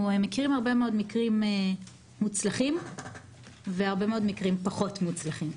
מכירים הרבה מאוד מקרים מוצלחים והרבה מאוד מקרים פחות מוצלחים.